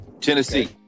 Tennessee